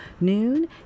noon